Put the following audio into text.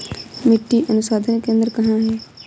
मिट्टी अनुसंधान केंद्र कहाँ है?